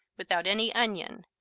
without any onion,